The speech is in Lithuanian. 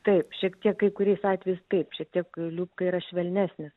taip šiek tiek kai kuriais atvejais taip šiek tiek liubka yra švelnesnis